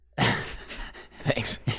thanks